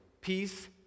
peace